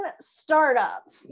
Startup